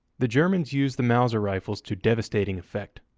the germans used the mauser rifles to devastating effect.